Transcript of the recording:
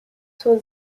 zur